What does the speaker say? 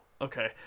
Okay